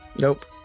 Nope